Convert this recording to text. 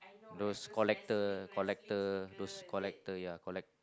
those collector collector those collector ya collect